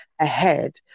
ahead